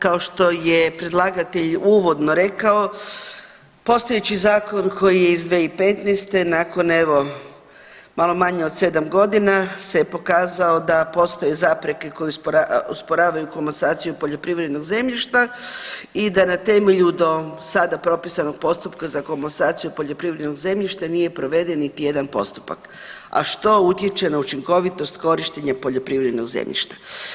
Kao što je predlagatelj uvodno rekao postojeći zakon koji je iz 2015. nakon evo malo manje od 7.g. se je pokazao da postoje zapreke koje usporavaju komasaciju poljoprivrednog zemljišta i da na temelju do sada propisanog postupka za komasaciju poljoprivrednog zemljišta nije proveden niti jedan postupak a što utječe na učinkovitost korištenja poljoprivrednog zemljišta.